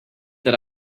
that